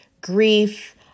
grief